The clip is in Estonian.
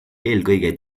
eelkõige